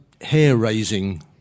hair-raising